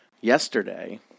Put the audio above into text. Yesterday